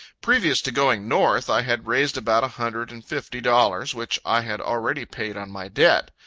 previous to going north, i had raised about a hundred and fifty dollars, which i had already paid on my debt.